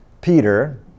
Peter